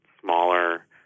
smaller